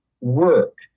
work